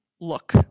look